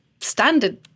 standard